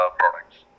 products